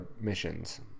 missions